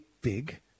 big